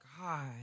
God